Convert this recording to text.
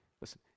listen